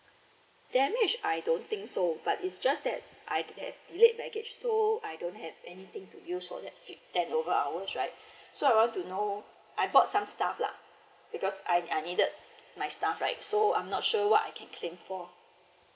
then which I don't think so but it's just that I think that late package so I don't have anything to use for that ten over hours right so I want to know I bought some stuff lah because I I needed my staff right so I'm not sure what I can claim for